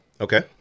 Okay